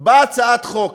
באה הצעת חוק